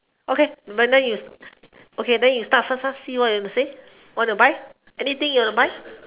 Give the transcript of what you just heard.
okay but then you st~ okay then you start first ah see what you'll say want to buy anything you want to buy